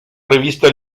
revista